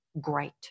great